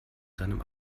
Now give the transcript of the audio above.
seinem